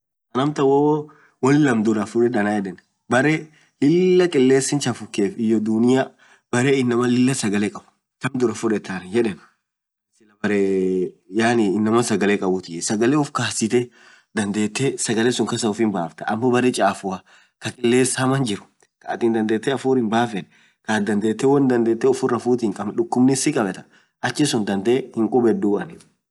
hoo woan laam took duraa fuded anann yedeen, baree inaman lila sagalee kabuuf hyo baree kilesin chafuk tok biraa fuded anan yeden, yaani baree inamaan sagalee kabuu, baresuun yaani uff kazitee dandetee sagalee suun kasaa uff himbaftaa.amo baree chafua kaa kiless haman jirr kaat dandetee hafurr himbafeen kaat dandetee woan ufiraa fuut hinkabn dukubnin sii kabetaa achii suun dandee hinkubeduu anin.